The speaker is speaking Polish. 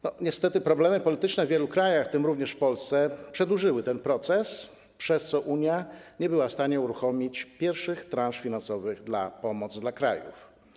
Niestety problemy polityczne w wielu krajach, w tym również w Polsce, przedłużyły ten proces, przez co Unia nie była w stanie uruchomić pierwszych transz finansowych na pomoc dla krajów.